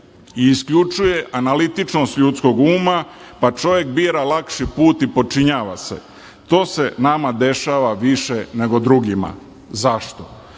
i isključuje analitičnost ljudskog uma, pa čovek bira lakši put i potčinjava se. To se nama dešava više nego drugima. Zašto?